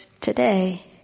today